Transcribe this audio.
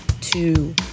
two